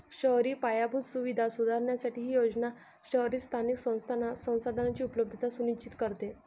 शहरी पायाभूत सुविधा सुधारण्यासाठी ही योजना शहरी स्थानिक संस्थांना संसाधनांची उपलब्धता सुनिश्चित करते